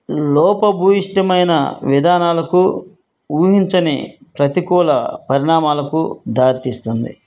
లోపభూయిష్టమైన విధానాలకు ఊహించని ప్రతికూల పరిణామాలకు దారితీస్తుంది